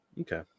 Okay